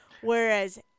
Whereas